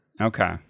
Okay